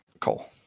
Cole